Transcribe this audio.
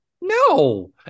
no